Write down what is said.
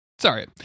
Sorry